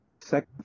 Second